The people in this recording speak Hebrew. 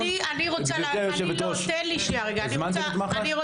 גברתי היושבת ראש, הזמנתם את מח"ש?